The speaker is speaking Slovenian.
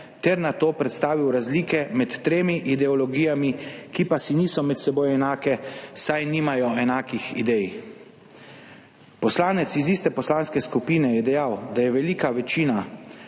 ter nato predstavil razlike med tremi ideologijami, ki pa si med seboj niso enake, saj nimajo enakih idej. Poslanec iz iste poslanske skupine je dejal, da je velika večina